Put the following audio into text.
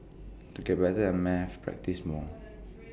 to get better at maths practise more